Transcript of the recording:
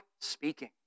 speaking